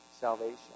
salvation